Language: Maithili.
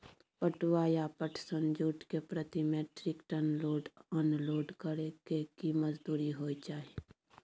पटुआ या पटसन, जूट के प्रति metric tonne load unload करै के की मजदूरी होय चाही?